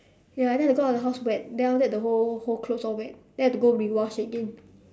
ya then I have to go out of the house wet then after that the whole whole clothes all wet then I have to go rewash again